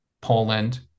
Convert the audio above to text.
Poland